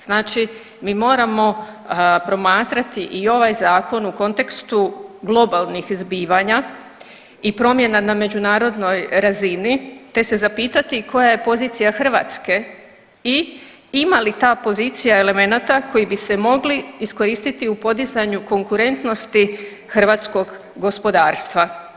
Znači mi moramo promatrati i ovaj zakon u kontekstu globalnih zbivanja i promjena na međunarodnoj razini te se zapitati koja je pozicija Hrvatske i ima li ta pozicija elemenata koji bi se mogli iskoristiti u podizanju konkurentnosti hrvatskog gospodarstva.